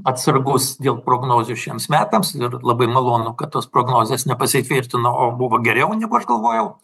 atsargus dėl prognozių šiems metams ir labai malonu kad tos prognozės nepasitvirtino o buvo geriau negu aš galvojau